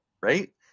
right